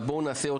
הדיון